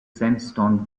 sandstone